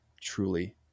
truly